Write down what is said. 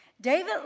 David